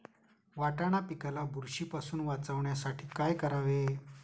वाटाणा पिकाला बुरशीपासून वाचवण्यासाठी काय करावे?